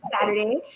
Saturday